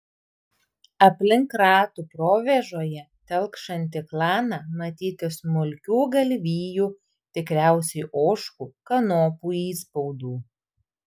aplink ratų provėžoje telkšantį klaną matyti smulkių galvijų tikriausiai ožkų kanopų įspaudų